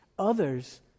Others